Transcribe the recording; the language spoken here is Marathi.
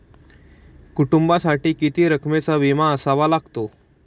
कुटुंबासाठी किती रकमेचा विमा असावा लागतो?